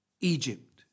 Egypt